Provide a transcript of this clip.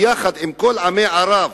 יחד עם כל עמי ערב,